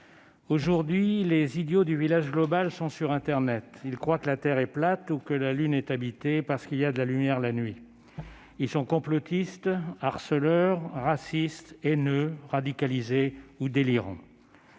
Aujourd'hui, les idiots du village global sont sur internet. Ils croient que la terre est plate ou que la lune est habitée parce qu'il y a de la lumière la nuit. Ils sont complotistes, harceleurs, racistes, haineux, radicalisés ou délirants.